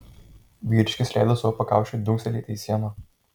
vyriškis leido savo pakaušiui dunkstelėti į sieną